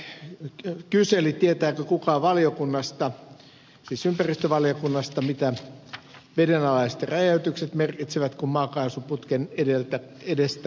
asko seljavaara kyseli tietääkö kukaan ympäristövaliokunnasta mitä vedenalaiset räjäytykset merkitsevät kun maakaasuputken edestä kallioita räjäytellään